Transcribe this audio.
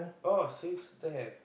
orh there have